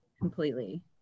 completely